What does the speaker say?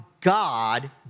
God